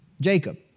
Jacob